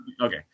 okay